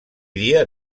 dia